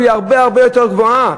הוא הרבה הרבה יותר גבוה.